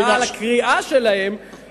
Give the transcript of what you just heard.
אלא על הקריאה של חברי